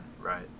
right